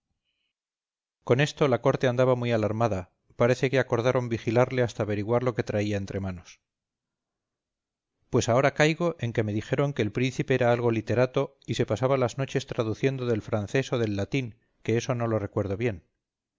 con esto la corte andaba muy alarmada parece que acordaron vigilarle hasta averiguar lo que traía entre manos pues ahora caigo en que me dijeron que el príncipe era algo literato y se pasaba las noches traduciendo del francés o del latín que esto no lo recuerdo bien